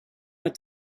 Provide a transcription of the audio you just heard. het